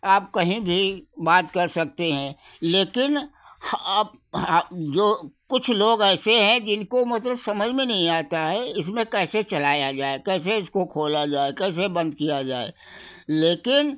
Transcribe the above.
आप कहीं भी बात कर सकते हैं लेकिन हाँ आप जो कुछ लोग ऐसे हैं जिनको मतलब समझ में नहीं आता है इसमें कैसे चलाया जाए कैसे इसको खोला जाए कैसे बंद किया जाए लेकिन